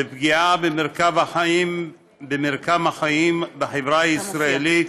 בפגיעה במרקם החיים בחברה הישראלית,